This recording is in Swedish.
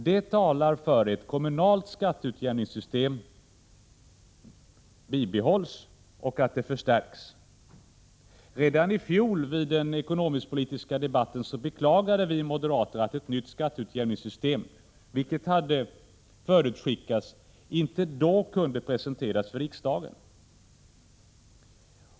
Det talar för att ett kommunalt skatteutjämningssystem bör bibehållas och förstärkas. Redan i fjol vid den ekonomisk-politiska debatten beklagade vi moderater att ett nytt skatteutjämningssystem, vilket hade förutskickats, inte då kunde presenteras för riksdagen.